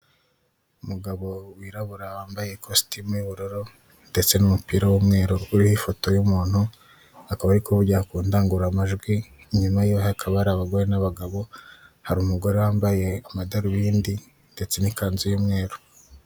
Umugabo wirabura wambaye kositimu y'ubururu ndetse n'umupira w'umweru uriho ifoto y'umuntu, akaba ari kuvugira ku ndadangururamajwi, inyuma y'iwe hakaba hari abagore n'abagabo, hari umugore wambaye amadarubindi ndetse n'ikanzu y'umweru.